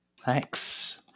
Thanks